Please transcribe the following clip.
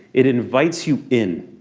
it invites you in.